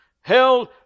held